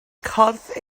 corff